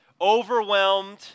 overwhelmed